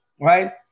right